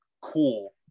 cool